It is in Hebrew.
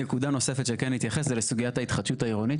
נקודה נוספת שכן אני אתייחס זו לסוגיית ההתחדשות העירונית.